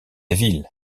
ville